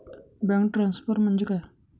Bank transfer म्हणजे काय?